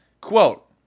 quote